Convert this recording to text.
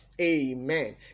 amen